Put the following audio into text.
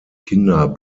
kinder